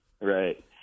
Right